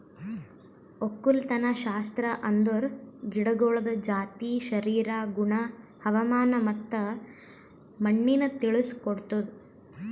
ಒಕ್ಕಲತನಶಾಸ್ತ್ರ ಅಂದುರ್ ಗಿಡಗೊಳ್ದ ಜಾತಿ, ಶರೀರ, ಗುಣ, ಹವಾಮಾನ ಮತ್ತ ಮಣ್ಣಿನ ತಿಳುಸ್ ಕೊಡ್ತುದ್